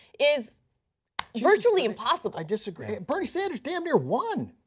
is virtually impossible. i disagree, bernie sanders damn near won.